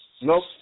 Nope